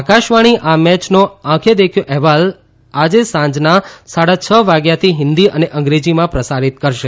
આકાશવાણી આ મેચનો આંખે દેખ્યો અહેવાલ આજે સાંજના સાડા છ વાગ્યાથી હિંદી અને અંગ્રેજીમાં પ્રસારીત કરશે